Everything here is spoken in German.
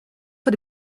vor